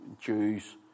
Jews